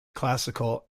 classical